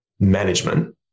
management